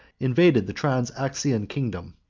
invaded the transoxian kingdom.